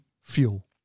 fuel